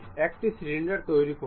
একটি সিলিন্ডার তৈরি করুন